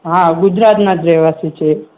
હા ગુજરાતનાં જ રહેવાસી છે એ